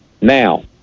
Now